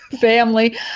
family